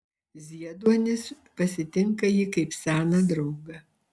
zieduonis pasitinka jį kaip seną draugą